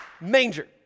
Manger